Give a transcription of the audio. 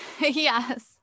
Yes